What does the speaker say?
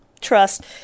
trust